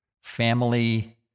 family